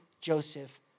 Joseph